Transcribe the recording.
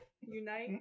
unite